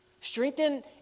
Strengthen